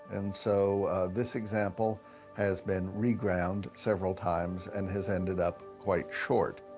and so this example has been reground several times, and has ended up quite short.